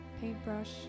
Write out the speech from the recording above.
paintbrush